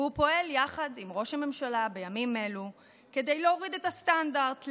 והוא פועל יחד עם ראש הממשלה בימים אלו כדי להוריד את הסטנדרט,